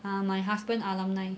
um my husband alumni